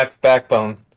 Backbone